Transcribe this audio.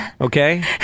okay